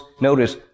notice